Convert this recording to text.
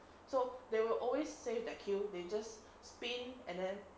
so they will always save that kill they just spin and then